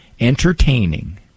Entertaining